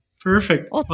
Perfect